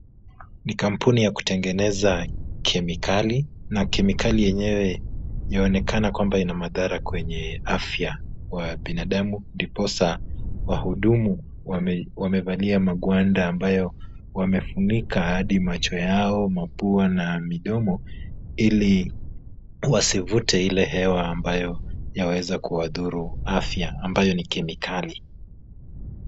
Ni kampuni yakutengeneza kemikali, na kemikali yenyewe yaonekana kwamba ina madhara kwenye afya ya binadamu, ndiposa wahudumu wamevalia magwanda ambayo wamefunika hadi macho yao mapua na midomo ili wasivute ile hewa ambayo yaweza kuwadhuru afia ambayo ni kemikali.